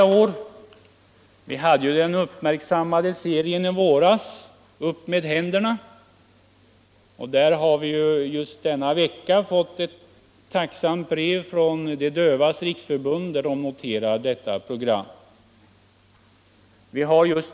I våras — Utökad användning hade vi ju exempelvis den uppmärksammade serien Upp med händerna, — av textning i för vilket vi just denna vecka har fått ett tackbrev från De dövas riks — TV-program förbund, där man har speciellt noterat det programmet.